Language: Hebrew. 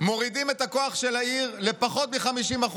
מורידים את הכוח של העיר לפחות מ-50%,